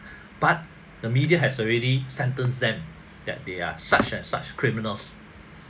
but the media has already sentenced them that they are such as such criminals